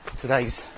today's